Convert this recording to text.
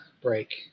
break